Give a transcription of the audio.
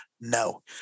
No